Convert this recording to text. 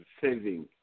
saving